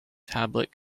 tablet